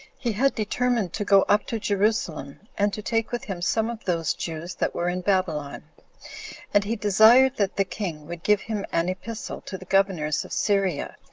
he had determined to go up to jerusalem, and to take with him some of those jews that were in babylon and he desired that the king would give him an epistle to the governors of syria,